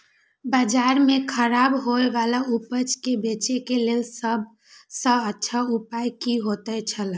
बाजार में खराब होय वाला उपज के बेचे के लेल सब सॉ अच्छा उपाय की होयत छला?